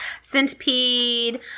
centipede